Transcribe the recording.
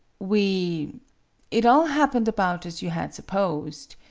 we it all happened about as you had supposed.